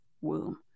womb